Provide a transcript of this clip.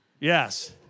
Yes